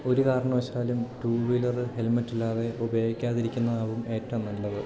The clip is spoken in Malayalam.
ഒരു കാരണവശാലും ടു വീലറ് ഹെൽമെറ്റില്ലാതെ ഉപയോഗിക്കാതിരിക്കുന്നതാവും ഏറ്റവും നല്ലത്